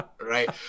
Right